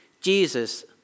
Jesus